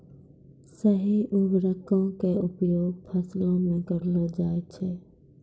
सही उर्वरको क उपयोग फसलो म करलो जाय छै